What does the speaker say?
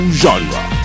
genre